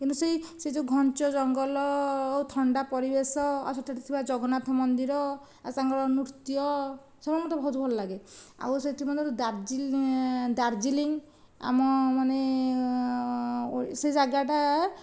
କିନ୍ତୁ ସେ ସେ ଯେଉଁ ଘଞ୍ଚ ଜଙ୍ଗଲ ଓ ଥଣ୍ଡା ପରିବେଶ ଆଉ ସେହିଠି ଥିବା ଜଗନ୍ନାଥ ମନ୍ଦିର ଆଉ ତାଙ୍କର ନୃତ୍ୟ ସେମାନେ ମୋତେ ବହୁତ ଭଲ ଲାଗେ ଆଉ ସେଥି ମଧ୍ୟରୁ ଡାର୍ଜିଲିଂ ଆମ ମାନେ ସେ ଜାଗାଟା